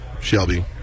Shelby